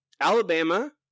Alabama